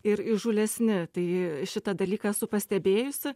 ir įžūlesni tai šitą dalyką esu pastebėjusi